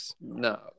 No